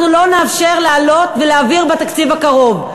לא נאפשר להעלות ולהעביר בתקציב הקרוב.